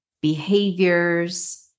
behaviors